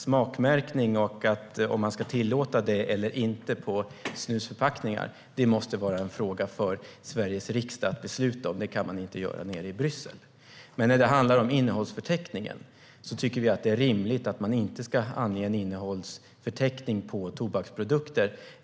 Frågan om man ska tillåta smakmärkning eller inte på snusförpackningar måste vara en fråga för Sveriges riksdag att besluta om. Det kan man inte göra nere i Bryssel. När det handlar om innehållsförteckningen tycker vi att det är rimligt att man inte ska ange en innehållsförteckning på tobaksprodukter.